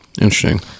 interesting